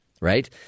Right